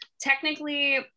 technically